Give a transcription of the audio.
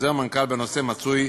חוזר מנכ"ל בנושא מצוי